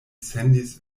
sendis